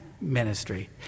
ministry